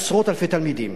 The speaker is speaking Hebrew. עשרות אלפי תלמידים